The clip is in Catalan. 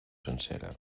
sencera